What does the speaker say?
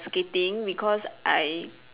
skating because I